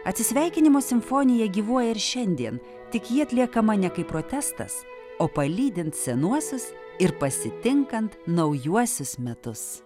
atsisveikinimo simfonija gyvuoja ir šiandien tik ji atliekama ne kaip protestas o palydint senuosius ir pasitinkant naujuosius metus